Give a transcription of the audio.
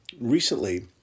Recently